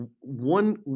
one